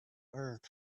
earth